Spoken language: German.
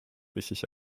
richtig